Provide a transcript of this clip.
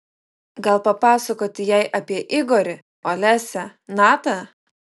gal papasakoti jai apie igorį olesią natą